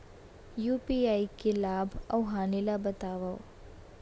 UPI के लाभ अऊ हानि ला बतावव